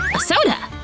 a soda!